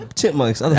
chipmunks